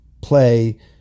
play